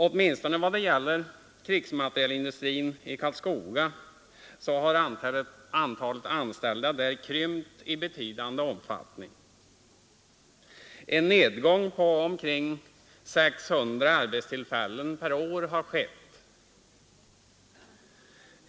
Åtminstone vad gäller krigsmaterielindustrin i Karlskoga har antalet anställda krympt i betydande omfattning. En nedgång på omkring 600 arbetstillfällen per år har skett.